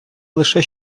лише